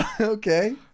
Okay